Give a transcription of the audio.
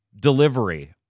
delivery